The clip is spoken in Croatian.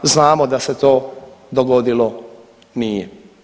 Znamo da se to dogodilo nije.